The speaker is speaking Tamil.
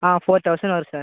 ஆ ஃபோர் தௌசண்ட் வரும் சார்